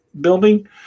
building